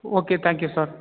okay thank you sir